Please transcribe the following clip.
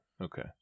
Okay